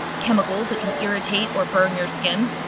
chemicals that can irritate or burn your skin.